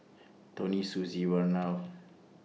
Toni Susie and Vernal